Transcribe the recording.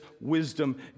wisdom